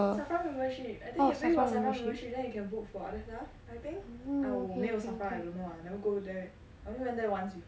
SAFRA membership I think if pay for SAFRA membership then you can book for other stuff I think !aiya! 我没有 SAFRA I don't know I never go there I only went there once before